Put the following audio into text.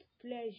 pleasure